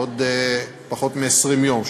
עוד פחות מ-20 יום,